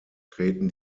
treten